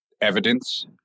evidence